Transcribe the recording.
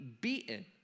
beaten